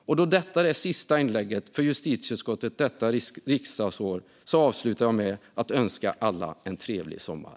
Det här är mitt sista inlägg för justitieutskottet detta riksdagsår, så jag avslutar med att önska alla en trevlig sommar!